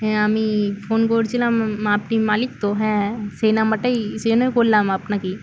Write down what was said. হ্যাঁ আমি ফোন করছিলাম আপনি মালিক তো হ্যাঁ সেই নাম্বারটাই সেই জন্য আমি করলাম আপনাকেই